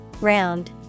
Round